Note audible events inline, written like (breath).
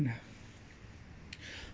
(breath) (breath)